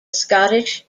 scottish